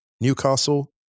Newcastle